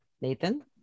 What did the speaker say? Nathan